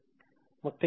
मग ते काय आहे